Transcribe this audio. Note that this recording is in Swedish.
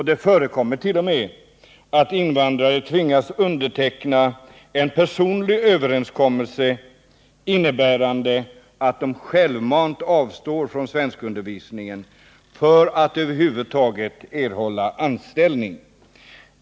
Det förekommer t.o.m. att invandrare tvingas underteckna en personlig överenskommelse, innebärande att de självmant avstår från svenskundervisningen, för att över huvud taget erhålla anställning.